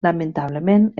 lamentablement